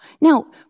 Now